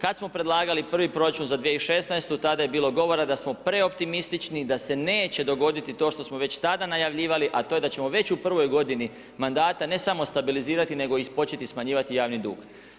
Kad smo predlagali prvi proračun za 2016. tada je bilo govora da smo preoptimistični, da se neće dogoditi to što smo već tada najavljivali, a to je da ćemo već u prvoj godini mandata, ne samo stabilizirati, nego i početi smanjivati javni dug.